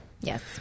Yes